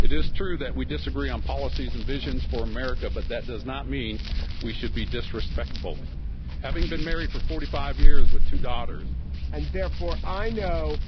it is true that we disagree on policies and visions for america. but that does not mean we should be disrespectful having been married for forty five years with two daughters and therefore i know